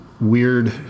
weird